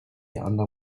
under